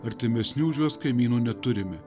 artimesnių už juos kaimynų neturime